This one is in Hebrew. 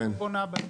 תכף, תכף.